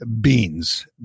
beans